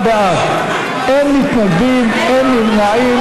48 בעד, אין מתנגדים ואין נמנעים.